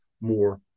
more